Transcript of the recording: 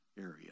area